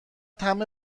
طعم